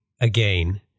again